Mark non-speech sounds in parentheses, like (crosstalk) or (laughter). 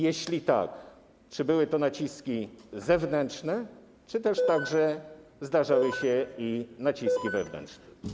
Jeśli tak, czy były to naciski zewnętrzne, czy też (noise) także zdarzały się i naciski wewnętrzne?